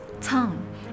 tongue